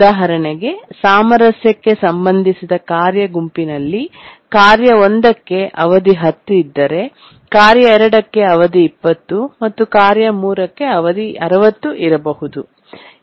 ಉದಾಹರಣೆಗೆ ಸಾಮರಸ್ಯಕ್ಕೆ ಸಂಬಂಧಿಸಿದ ಕಾರ್ಯ ಗುಂಪಿನಲ್ಲಿ ಕಾರ್ಯ 1 ಕ್ಕೆ ಅವಧಿ 10 ಇದ್ದರೆ ಕಾರ್ಯ 2 ಕ್ಕೆ ಅವಧಿ 20 ಮತ್ತು ಕಾರ್ಯ 3 ಕ್ಕೆ ಅವಧಿ 60 ಇರಬಹುದು